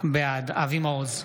בעד אבי מעוז,